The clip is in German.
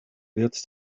wird